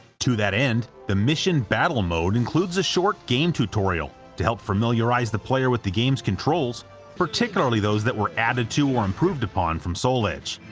to that end, the mission battle mode includes a short game tutorial to help familiarize the player with the games controls particularly those that were added to or improved upon from soul edge.